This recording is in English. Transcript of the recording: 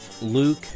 Luke